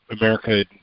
America